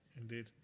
Indeed